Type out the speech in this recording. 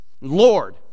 Lord